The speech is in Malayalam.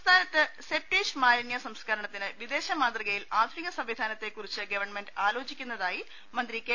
സംസ്ഥാനത്ത് സെപ്റ്റേജ് മാലിന്യ സംസ്കരണത്തിന് വിദേശ മാതൃകയിൽ ആധുനിക സംവിധാനത്തെ കുറിച്ച് ഗവൺമെന്റ് ആലോചിക്കുന്നതായി മന്ത്രി കെ